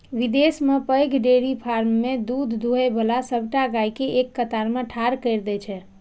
विदेश मे पैघ डेयरी फार्म मे दूध दुहै बला सबटा गाय कें एक कतार मे ठाढ़ कैर दै छै